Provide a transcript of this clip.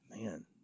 man